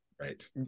Right